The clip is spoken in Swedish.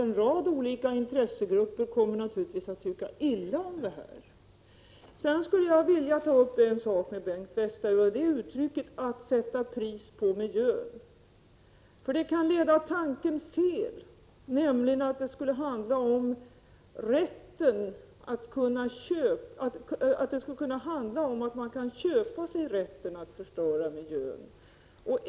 En rad olika intressegrupper kommer naturligtvis att tycka illa om det här. Jag skulle sedan vilja ta upp uttrycket att sätta pris på miljön. Det kan leda tanken fel, nämligen till att det skulle kunna handla om att man kan köpa sig rätten att förstöra miljön.